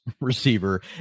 receiver